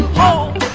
home